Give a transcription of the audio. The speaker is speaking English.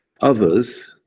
Others